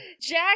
jack